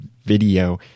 video